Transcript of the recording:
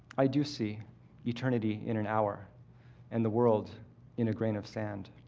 i do see eternity in an hour and the world in a grain of sand.